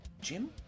Jim